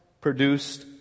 produced